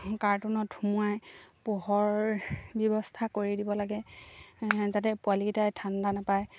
কাৰ্টুনত সোমোৱাই পোহৰ ব্যৱস্থা কৰি দিব লাগে যাতে পোৱালিকেইটাই ঠাণ্ডা নাপায়